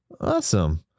Awesome